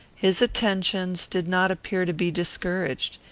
his attentions did not appear to be discouraged.